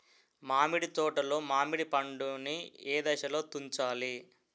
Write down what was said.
మామిడి తోటలో మామిడి పండు నీ ఏదశలో తుంచాలి?